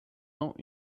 ans